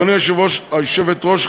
גברתי היושבת-ראש,